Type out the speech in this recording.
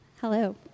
Hello